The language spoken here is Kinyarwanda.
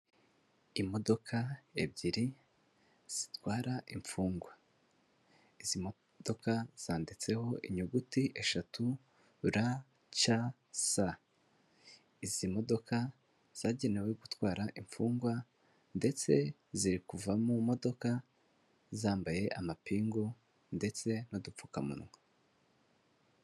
Imodoka ebyiri zitwara imfungwa, izi modoka zanditseho inyuguti eshatu RCS, izi modoka zagenewe gutwara imfungwa; ndetse ziri kuva mu modoka zambaye amapingu ndetse n'udupfukamunwa.